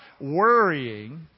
worrying